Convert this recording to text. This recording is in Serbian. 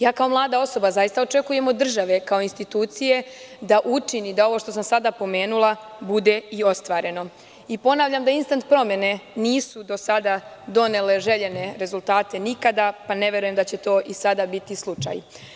Ja kao mlada osoba zaista očekujem od države, kao institucije da učini da ovo što sam sada pomenula bude i ostvareno i ponavljam da instant promene nisu do sada donele željene rezultate nikada, pa ne verujem da će to i sada biti slučaj.